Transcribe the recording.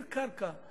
מחיר קרקע,